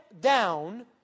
down